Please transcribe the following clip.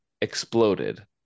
exploded